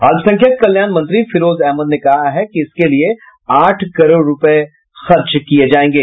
अल्पसंख्यक कल्याण मंत्री फिरोज अहमद ने कहा है कि इसके लिए आठ करोड़ रूपये खर्च होंगे